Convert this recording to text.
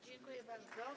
Dziękuję bardzo.